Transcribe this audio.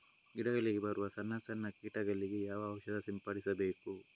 ಗಿಡಗಳಿಗೆ ಬರುವ ಸಣ್ಣ ಸಣ್ಣ ಕೀಟಗಳಿಗೆ ಯಾವ ಔಷಧ ಸಿಂಪಡಿಸಬೇಕು?